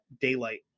daylight